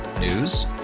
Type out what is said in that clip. News